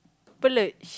plurged